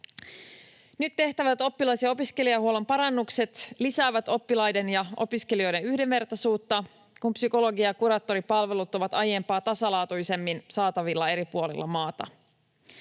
Nyt tehtävät oppilas‑ ja opiskelijahuollon parannukset lisäävät oppilaiden ja opiskelijoiden yhdenvertaisuutta, kun psykologi‑ ja kuraattoripalvelut ovat aiempaa tasalaatuisemmin saatavilla eri puolilla maata.